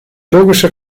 logische